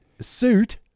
suit